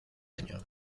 año